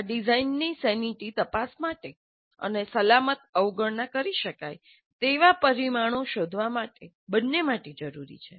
આ ડિઝાઇનની સેનિટી તપાસ માટે અને સલામત અવગણના કરી શકાય તેવા પરિમાણો શોધવા માટે બંને માટે જરૂરી છે